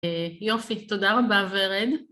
יופי, תודה רבה ורד.